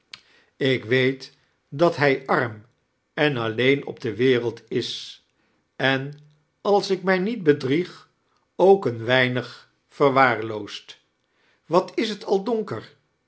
ik weet dat hij arm en alleen op de wereld is en als ik mij niet bedrieg ook een weinig verwaarittoed wat is t al donker